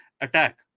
attack